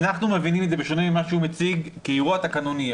אנחנו מבינים את זה בשונה ממה שהוא מציג כאירוע תקנוני.